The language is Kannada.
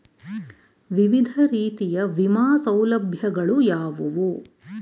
ವಿವಿಧ ರೀತಿಯ ವಿಮಾ ಸೌಲಭ್ಯಗಳು ಯಾವುವು?